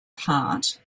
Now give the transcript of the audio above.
part